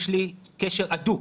יש לי קשר הדוק